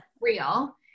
real